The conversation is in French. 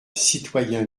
citoyen